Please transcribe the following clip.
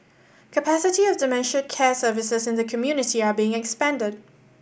capacity of dementia care services in the community are being expanded